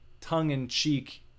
tongue-in-cheek